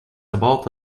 about